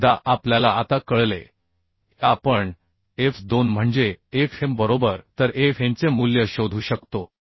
म्हणून एकदा आपल्याला आता कळले की आपण F 2 म्हणजे Fm बरोबर तर Fmचे मूल्य शोधू शकतो